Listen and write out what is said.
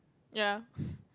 ya